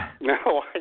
No